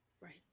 Right